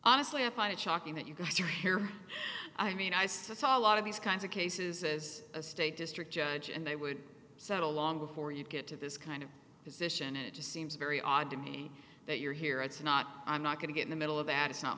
honestly i find it shocking that you got your hair i mean i saw a lot of these kinds of cases as a state district judge and i would settle long before you get to this kind of position it just seems very odd to me that you're here it's not i'm not going to get in the middle of that it's not